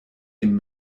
dem